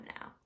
now